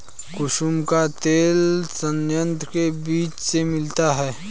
कुसुम का तेल संयंत्र के बीज से मिलता है